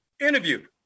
interview